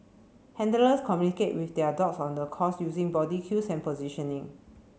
handlers communicate with their dogs on the course using body cues and positioning